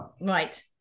right